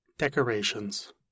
decorations